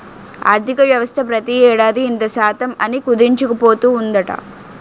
ఆర్థికవ్యవస్థ ప్రతి ఏడాది ఇంత శాతం అని కుదించుకుపోతూ ఉందట